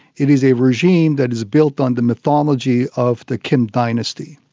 it is a regime that is built on the mythology of the kim dynasty.